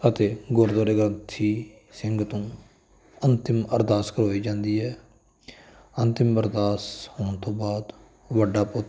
ਅਤੇ ਗੁਰਦੁਆਰੇ ਗ੍ਰੰਥੀ ਸਿੰਘ ਤੋਂ ਅੰਤਿਮ ਅਰਦਾਸ ਕਰਵਾਈ ਜਾਂਦੀ ਹੈ ਅੰਤਿਮ ਅਰਦਾਸ ਹੋਣ ਤੋਂ ਬਾਅਦ ਵੱਡਾ ਪੁੱਤ